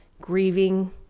grieving